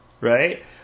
right